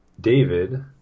David